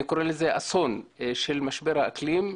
אני קורא לזה אסון של משבר האקלים,